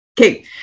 Okay